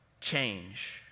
change